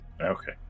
Okay